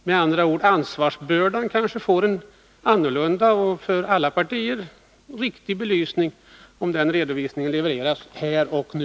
Med andra ord: Ansvarsbördan kanske får en annorlunda och för alla partier riktig belysning om den redovisningen levereras här och nu.